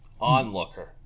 Onlooker